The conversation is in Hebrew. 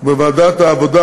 ובוועדת העבודה,